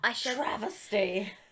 Travesty